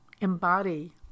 embody